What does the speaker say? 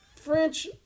French